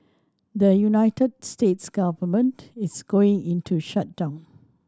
the United States government is going into shutdown